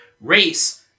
race